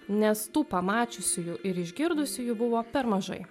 nes tų pamačiusiųjų ir išgirdusiųjų buvo per mažai